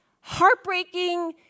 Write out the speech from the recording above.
heartbreaking